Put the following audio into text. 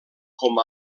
com